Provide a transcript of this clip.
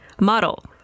Model